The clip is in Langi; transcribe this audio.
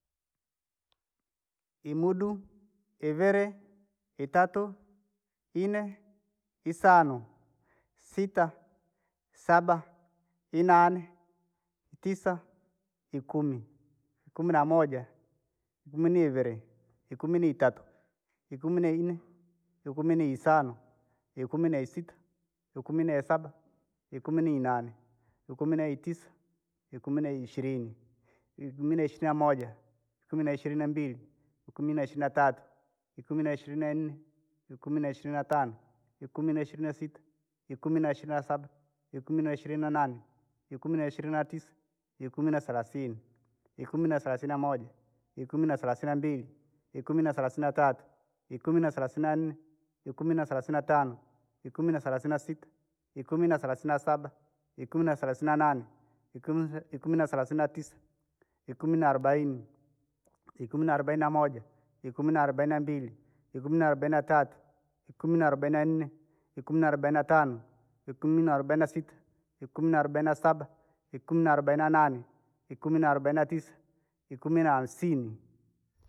Imudu ivire, itatu ine, isanio, sita, saba inanee, tisa, ikumi, ikumi na moja, ikumi na iviri, ikumi na itatu, ikimi na inne, ikumi na isano, ikumi na isita, ikumi na isaba, ikumi na inne, ikumi na itisa, ikumi na ishirini, ikumi na ishirini nmoja, ikumi na ishirini nambili, ikumi na ishirini natatu, ikumi na ishirini na inne, ikumi na ishirini na tano, ikumi na ishirini na sita, ikumi na ihirini nasaba, ikumi na ishirini na nane, ikumi na ishirini na tisa, ikumi na selasini, ikumi na selasini na moja, ikumi na selasini na mbili ikumi na selasini na tatu, ikumi na selasini na nne, ikumi na selasini natano, ikumi na selasini na sita, ikumi na selasini na saba, ikumi na selasini nanee, ikumi n- ikumi na selaini na tisa, ikumi na arobaini, ikumi na aobaini na moja, ikumi na arobaini na mbili, ikumi na arobani natatu, ikuni na arobaini na nane, ikumi na robaini na tisa, ikumi na hamsini.